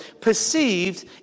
perceived